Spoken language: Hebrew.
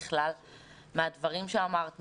ומהדברים שאמרת,